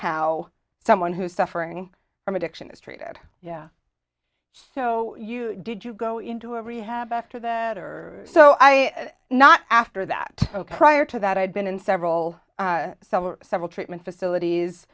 how someone who's suffering from addiction is treated so you did you go into a rehab after that or so i not after that ok prior to that i'd been in several cellar several treatment facilities